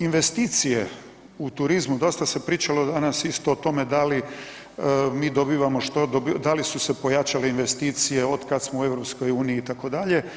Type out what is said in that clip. Investicije u turizmu, dosta se pričalo danas isto o tome da li mi dobivamo, što dobivamo, da li su se pojačale investicije otkad smo u EU-u itd.